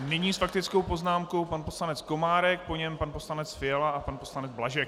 Nyní s faktickou poznámkou pan poslanec Komárek, po něm pan poslanec Fiala a pan poslanec Blažek.